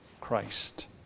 Christ